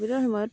সময়ত